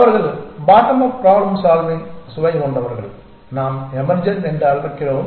அவர்கள் bottom up problem solving சுவை கொண்டவர்கள் நாம் எமர்ஜென்ட் என்றும் அழைக்கிறோம்